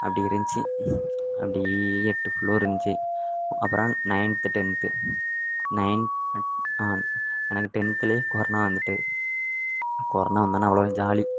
அப்படி இருந்துச்சி அப்படி எட்டு ஃப்ளோர் இருந்துச்சி அப்புறம் நைன்த்து டென்த்து நைன்த் எனக்கு டென்த்துலேயே கொரோனா வந்துட்டு கொரோனா வந்தோன்னே அவ்வளோ ஜாலி